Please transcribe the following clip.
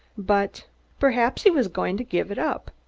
but perhaps he was going to give it up!